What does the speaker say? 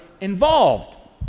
involved